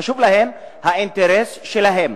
חשוב להן האינטרס שלהן.